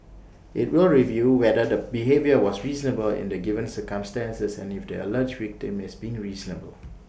IT will review whether the behaviour was reasonable in the given circumstances and if the alleged victim is being reasonable